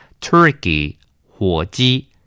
Turkey,火鸡